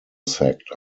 sacked